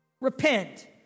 Repent